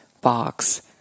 box